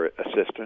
assistant